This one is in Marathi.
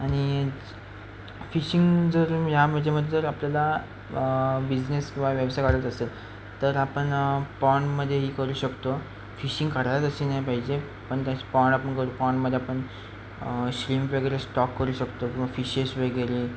आणि फिशिंग जर ह्या मजेमध्ये जर आपल्याला बिझनेस किंवा व्यवसाय काढायचं असेल तर आपण पाँडमध्येही करू शकतो फिशिंग काढायलाच असे नाही पाहिजे पण त्या पाँड आपण करू पाँडमध्ये आपन श्रिंप वगेरे स्टॉक करू शकतो किंवा फिशेस वगैरे